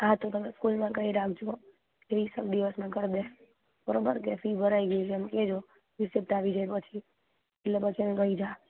હા તો તમે સ્કૂલમાં કહી રાખજો ત્રીસેક દિવસમાં કરી દેશે બરોબર ફી ભરાઈ ગઈ છે એમ કહેજો રિસીપ્ટ આવી જાયે પછી એટલે પછી અમે કહી જા